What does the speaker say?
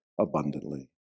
abundantly